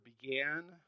began